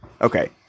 Okay